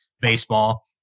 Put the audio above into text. Baseball